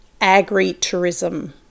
agritourism